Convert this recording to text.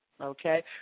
Okay